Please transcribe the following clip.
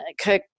Kirk